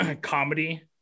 comedy